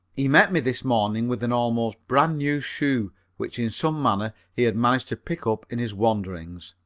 he met me this morning with an almost brand new shoe which in some manner he had managed to pick up in his wanderings.